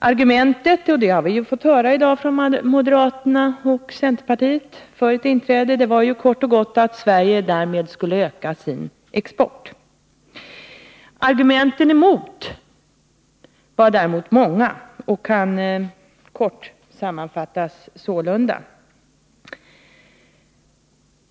Argumentet för ett inträde — som vi i dag har fått höra från moderaterna och centerpartiet — var kort och gott att Sverige därmed skulle kunna öka sin export. Argumenten emot var däremot många, och kan kort sammanfattas sålunda.